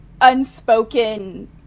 unspoken